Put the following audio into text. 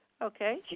Okay